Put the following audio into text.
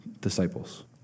disciples